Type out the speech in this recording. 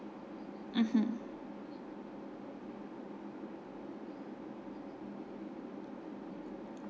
mmhmm